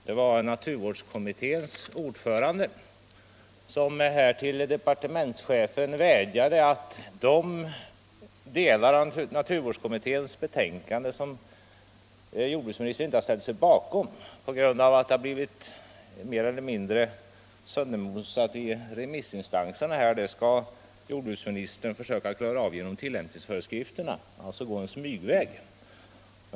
Det var naturvårdskommitténs ordförande som här till departementschefen vädjade om att denne skall försöka klara av de delar av naturvårdskommitténs betänkande som han inte ställt sig bakom = på grund av att de blivit mer eller mindre söndermosade i remissinstanserna — genom tillämpningsföreskrifterna, och alltså gå en smygväg.